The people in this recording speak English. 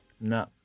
No